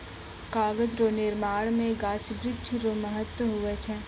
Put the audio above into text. कागज रो निर्माण मे गाछ वृक्ष रो महत्ब हुवै छै